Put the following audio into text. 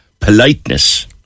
politeness